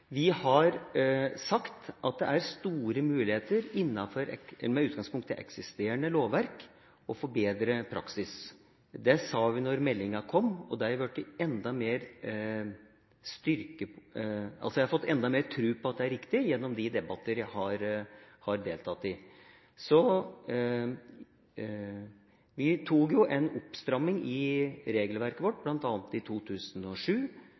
Vi har sagt at det er store muligheter med utgangspunkt i eksisterende lovverk til å forbedre praksis. Det sa vi da meldinga kom, og jeg har fått enda mer tro på at det er riktig gjennom de debatter jeg har deltatt i. Vi foretok en oppstramming i regelverket vårt bl.a. i 2007.